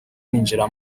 ninjira